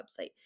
website